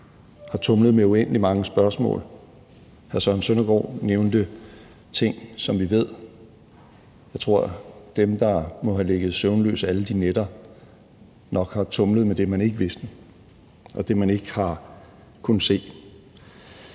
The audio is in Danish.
har tumlet med uendelig mange spørgsmål, og hr. Søren Søndergaard nævnte ting, som vi ved, og jeg tror, at de, der må have ligget søvnløse alle de nætter, nok har tumlet med det, man ikke vidste, og det, man ikke har kunnet se.